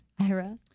Ira